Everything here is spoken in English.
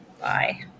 Bye